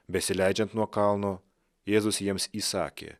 besileidžiant nuo kalno jėzus jiems įsakė